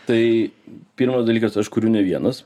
tai pirmas dalykas aš kuriu ne vienas